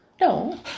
No